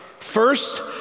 First